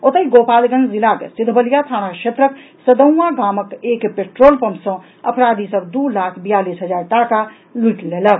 ओतहि गोपालगंज जिलाक सिधबलिया थाना क्षेत्रक सदौंआ गामक एक पेट्रोल पंप सँ अपराधी सभ दू लाख बियालीस हजार टाका लूटि लेलक